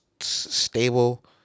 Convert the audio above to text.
stable